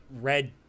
red